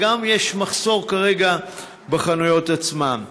וגם יש מחסור כרגע בחנויות עצמן.